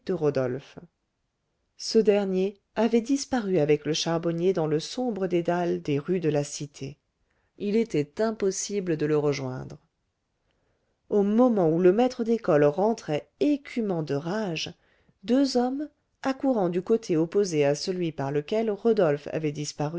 rodolphe ce dernier avait disparu avec le charbonnier dans le sombre dédale des rues de la cité il était impossible de le rejoindre au moment où le maître d'école rentrait écumant de rage deux hommes accourant du côté opposé à celui par lequel rodolphe avait disparu